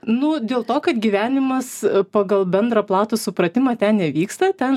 nu dėl to kad gyvenimas pagal bendrą platų supratimą ten nevyksta ten